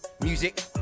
music